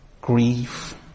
grief